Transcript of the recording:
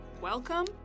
Welcome